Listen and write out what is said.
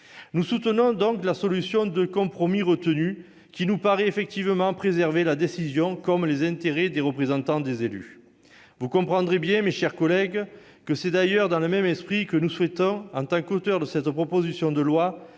Nous soutenons la solution de compromis retenue, qui nous paraît effectivement préserver le pouvoir de décision et les intérêts des représentants des élus. Mes chers collègues, c'est d'ailleurs dans le même esprit que nous entendons, en tant qu'auteurs de cette proposition de loi,